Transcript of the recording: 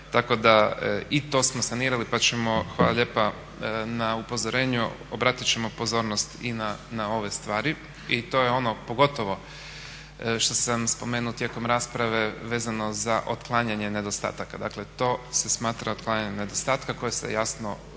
tako da i to smo sanirali, pa ćemo hvala lijepa na upozorenju, obratit ćemo pozornost i na ove stvari. I to je ono pogotovo što sam spomenuo tijekom rasprave vezano za otklanjanje nedostataka. Dakle, to se smatra otklanjanje nedostatka koje se jasno,